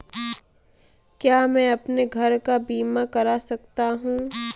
क्या मैं अपने घर का बीमा करा सकता हूँ?